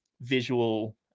visual